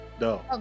No